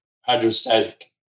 hydrostatic